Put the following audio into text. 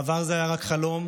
בעבר זה היה רק חלום,